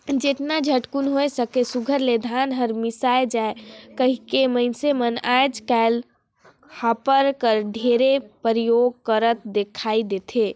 जेतना झटकुन होए सके सुग्घर ले धान हर मिसाए जाए कहिके मइनसे मन आएज काएल हापर कर ढेरे परियोग करत दिखई देथे